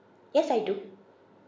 yes I do